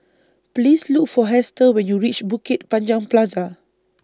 Please Look For Hester when YOU REACH Bukit Panjang Plaza